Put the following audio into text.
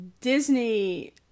Disney